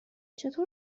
چطور